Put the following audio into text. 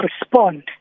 respond